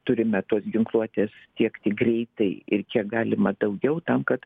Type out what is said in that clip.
turime tos ginkluotės tiekti greitai ir kiek galima daugiau tam kad